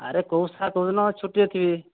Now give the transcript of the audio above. ଆରେ କେଉଁ ସାର୍ କେଉଁ ଦିନ ଛୁଟିରେ ଥିବେ